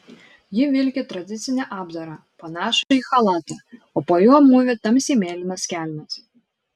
ji vilki tradicinį apdarą panašų į chalatą o po juo mūvi tamsiai mėlynas kelnes